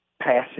passing